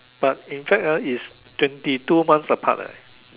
but in fact ah is year twenty two months apart eh